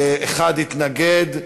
ואחד התנגד.